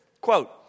Quote